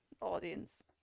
audience